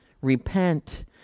repent